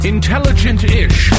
Intelligent-ish